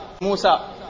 Musa